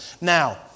Now